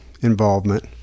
involvement